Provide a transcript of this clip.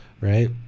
right